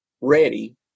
ready